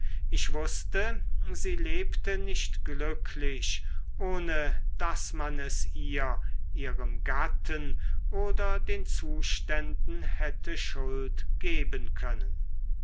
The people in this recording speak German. ich wußte sie lebte nicht glücklich ohne daß man es ihr ihrem gatten oder den zuständen hätte schuld geben können